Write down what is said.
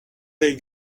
they